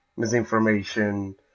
misinformation